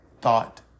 thought